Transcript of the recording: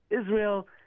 Israel